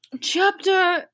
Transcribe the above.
Chapter